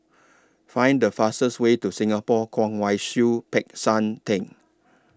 Find The fastest Way to Singapore Kwong Wai Siew Peck San Theng